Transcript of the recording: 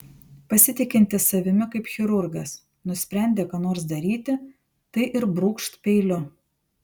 pasitikintis savimi kaip chirurgas nusprendė ką nors daryti tai ir brūkšt peiliu